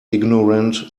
ignorant